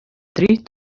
tree